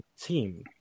team